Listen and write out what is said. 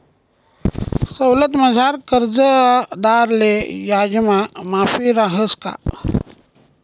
सवलतमझार कर्जदारले याजमा माफी रहास का?